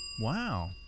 wow